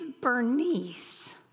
Bernice